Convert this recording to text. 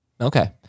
Okay